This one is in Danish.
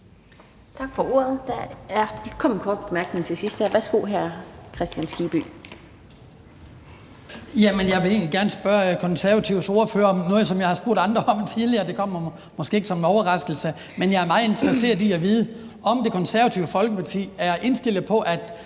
her til sidst. Værsgo til hr. Hans Kristian Skibby. Kl. 12:54 Hans Kristian Skibby (DF): Jeg vil egentlig gerne spørge Konservatives ordfører om noget, som jeg har spurgt andre om tidligere, og det kommer måske ikke som en overraskelse. Men jeg er meget interesseret i at vide, om Det Konservative Folkeparti er indstillet på, at